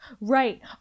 Right